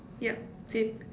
yup same